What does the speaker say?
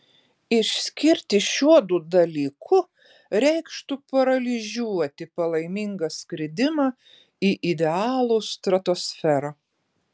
išskirti šiuodu dalyku reikštų paralyžiuoti palaimingą skridimą į idealų stratosferą